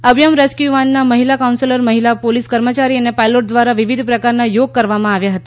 Abhayam rescue વાનના મહિલા counsellor મહિલા પોલીસ કર્મચારી અને પાઇલોટ ઘ્વારા વિવિધ પ્રકારના યોગ કરવામાં આવ્યા હતા